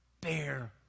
bear